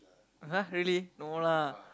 !huh! really no lah